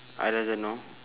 I doesn't know